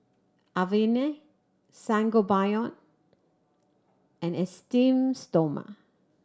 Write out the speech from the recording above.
Avene Sangobion and Esteem Stoma